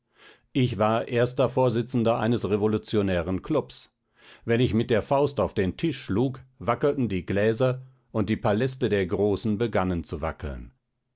ich war erster vorsitzender eines revolutionären klubs wenn ich mit der faust auf den tisch schlug wackelten die gläser und die paläste der großen begannen zu wackeln